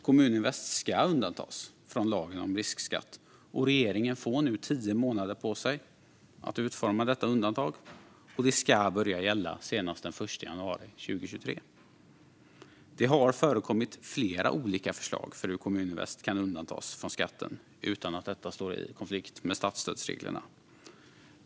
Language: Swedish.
Kommuninvest ska undantas från lagen om riskskatt, och regeringen får nu tio månader på sig att utforma detta undantag, och det ska börja gälla senast den 1 januari 2023. Det har förekommit flera olika förslag för hur Kommuninvest kan undantas från skatten utan att detta står i konflikt med statsstödsreglerna.